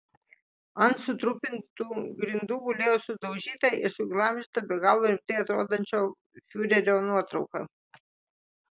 ant sutrupintų grindų gulėjo sudaužyta ir suglamžyta be galo rimtai atrodančio fiurerio nuotrauka